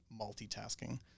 multitasking